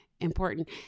important